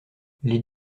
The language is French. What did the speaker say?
les